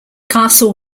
castle